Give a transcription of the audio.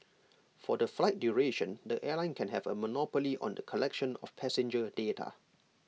for the flight duration the airline can have A monopoly on the collection of passenger data